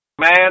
Man